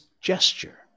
gesture